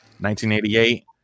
1988